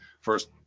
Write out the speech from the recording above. first